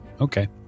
Okay